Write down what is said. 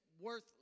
worth